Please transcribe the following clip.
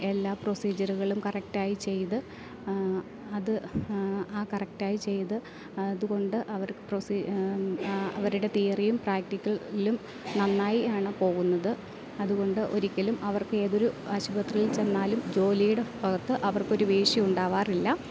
എല്ലാ പ്രൊസീജറ്കളും കറക്റ്റായി ചെയ്ത് അത് ആ കറക്ടായി ചെയ്ത് അതുകൊണ്ട് അവർ അവരുടെ തിയറിയും പ്രാക്ടിക്കലിലും നന്നായി ആണ് പോകുന്നത് അതുകൊണ്ട് ഒരിക്കലും അവർക്ക് ഏതൊരു ആശുപത്രിയിൽ ചെന്നാലും ജോലിയുടെ ഭാഗത്ത് അവർക്കൊരു വീഴ്ചയുണ്ടാവാറില്ല